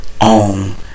on